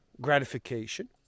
gratification